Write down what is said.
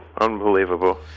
Unbelievable